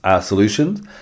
solutions